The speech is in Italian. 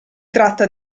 tratta